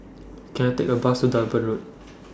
Can I Take A Bus to Durban Road